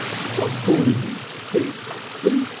stop calling me pigs. see?